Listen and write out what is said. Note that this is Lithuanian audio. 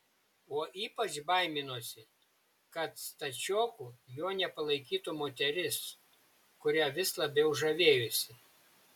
o ypač baiminosi kad stačioku jo nepalaikytų moteris kuria vis labiau žavėjosi